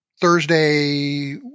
Thursday